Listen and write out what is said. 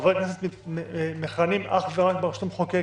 וחברי כנסת מכהנים אך ורק ברשות המחוקקת,